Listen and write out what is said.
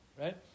right